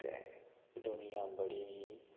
ते दुनिया बड़ी ही